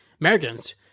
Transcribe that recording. Americans